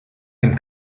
dem